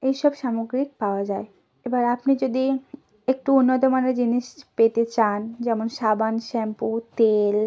এই সব সামগ্রী পাওয়া যায় এবার আপনি যদি একটু উন্নত মানের জিনিস পেতে চান যেমন সাবান শ্যাম্পু তেল